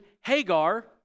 Hagar